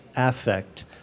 Affect